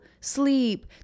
sleep